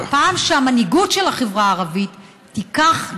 והפעם שהמנהיגות של החברה הערבית גם תיקח אחריות.